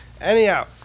Anyhow